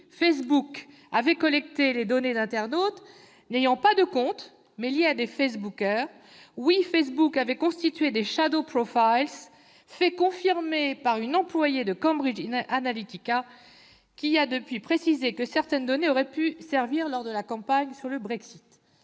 Facebook avait collecté les données d'internautes n'ayant pas de compte, mais liés à des Facebookers ; que, oui, Facebook avait constitué des, faits confirmés par une employée de Cambridge Analytica, qui a depuis lors précisé que certaines données auraient pu servir lors de la campagne sur le Brexit.